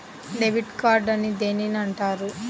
Debit card అని దేనిని అంటారు?